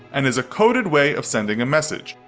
and is a coded way of sending a message.